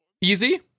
easy